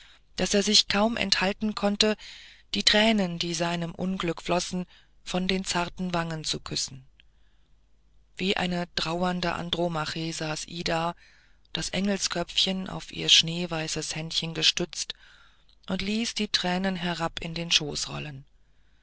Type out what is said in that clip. daß er sich kaum enthalten konnte die tränen die seinem unglück flossen von den zarten wangen zu küssen wie eine trauernde andromache saß ida das engelsköpfchen auf ihr schneeweißes händchen gestützt und ließ die tränen herab in den schoß rollen